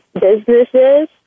businesses